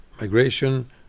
migration